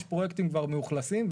יש פרויקטים כבר מאוכלוסים,